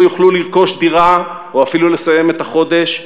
יוכלו לרכוש דירה או אפילו לסיים את החודש,